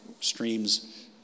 streams